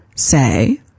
Say